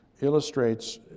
illustrates